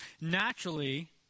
Naturally